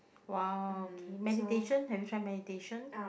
!wow! okay meditation have you tried meditation